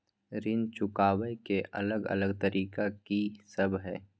ऋण चुकाबय के अलग अलग तरीका की सब हय?